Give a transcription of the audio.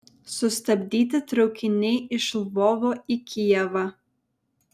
sustabdyti traukiniai iš lvovo į kijevą